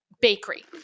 bakery